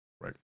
Right